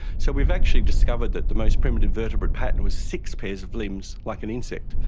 so we've actually discovered that the most primitive vertebrate pattern was six pairs of limbs like an insect.